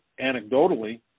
anecdotally